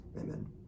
Amen